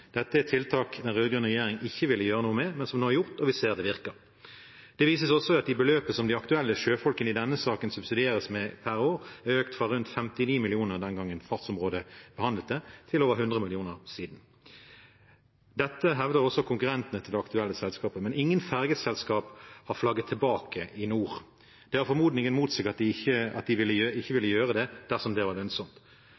Dette er tiltak den rød-grønne regjeringen ikke ville gjøre noe med, men som nå er gjort, og vi ser at det virker. Det viser seg også ved at beløpet som de aktuelle sjøfolkene i denne aktuelle saken subsidieres med pr. år, er økt fra rundt 59 mill. kr den gangen fartsområdeutvalget behandlet det, til over 100 mill. kr siden. Dette hevder også konkurrentene til det aktuelle selskapet. Men ingen fergeselskaper har flagget tilbake til NOR. Det har formodningen mot seg at de ikke ville